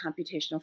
computational